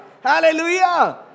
Hallelujah